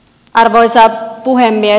arvoisa puhemies